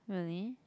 really